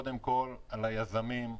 קודם כל על היזמים,